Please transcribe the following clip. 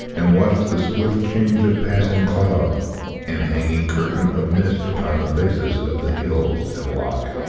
and watch the swift change of passing cloud and hanging curtain of mist upon the faces of the hills and loch.